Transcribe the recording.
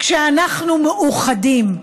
כשאנחנו מאוחדים.